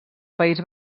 país